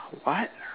what